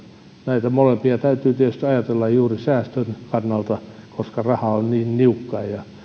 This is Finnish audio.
näitä molempia täytyy tietysti ajatella juuri säästön kannalta koska raha on niin niukkaa ja